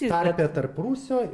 tarpe tarp rūsio